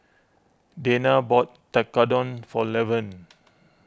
Dayna bought Tekkadon for Levern